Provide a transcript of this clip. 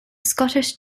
scottish